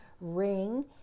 ring